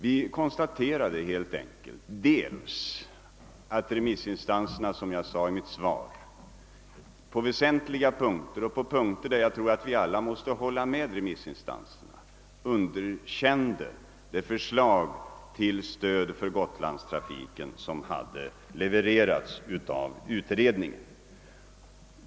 Vi konstaterade helt enkelt att remissinstanserna — som jag sade i mitt svar — på väsentliga punkter, där jag tror att vi alla måste hålla med remissinstanserna, underkände det förslag till stöd för gotlandstrafiken som hade lämnats av utredningen.